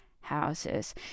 houses